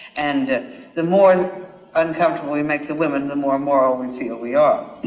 and the more uncomfortable we make the women the more moral we feel we are.